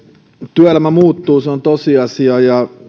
työelämä muuttuu se on tosiasia